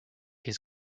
his